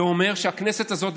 זה אומר שהכנסת הזאת,